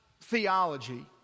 theology